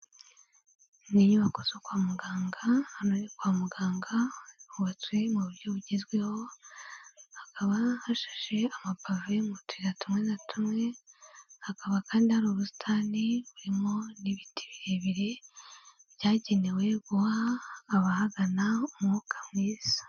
Ni inyubako zo kwa muganga, hano ni kwa muganga, hubatswe mu buryo bugezweho, hakaba hasheshe amapave mu tuyira tumwe na tumwe, hakaba kandi hari ubusitani burimo n'ibiti birebire, byagenewe guha abahagana umwuka mwiza.